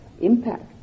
impact